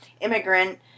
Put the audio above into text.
immigrant